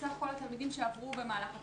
סך כל התלמידים שעברו במהלך התוכנית.